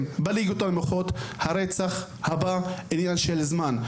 בליגות הנמוכות הרצח הבא הוא עניין של זמן,